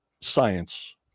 science